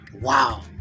Wow